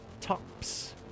Tops